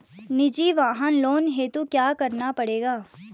निजी वाहन लोन हेतु क्या करना पड़ेगा?